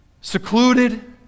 secluded